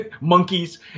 Monkeys